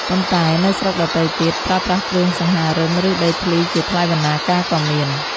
ប៉ុន្តែនៅស្រុកដទៃទៀត ប្រើប្រាស់គ្រឿងសង្ហារឹម ឬដីធ្លីជាថ្លៃបណ្ណាការក៏មាន។